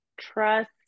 trust